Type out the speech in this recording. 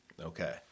Okay